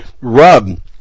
rub